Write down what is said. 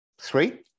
Three